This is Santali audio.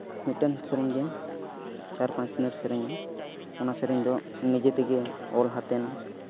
ᱢᱤᱫᱴᱮᱱ ᱥᱮᱨᱮᱧ ᱜᱮ ᱪᱟᱨᱼᱯᱟᱸᱪ ᱴᱷᱮᱱᱮ ᱥᱮᱨᱮᱧᱟ ᱚᱱᱟ ᱥᱮᱨᱮᱧ ᱫᱚ ᱱᱤᱡᱮ ᱛᱮᱜᱮ ᱚᱞ ᱠᱟᱛᱮᱫ